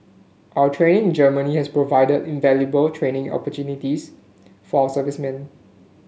our training in Germany has provided invaluable training opportunities for our servicemen